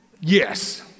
Yes